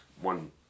one